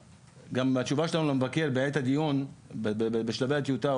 התשובה שלנו למבקר בעת הדיון בשלבי הטיוטה,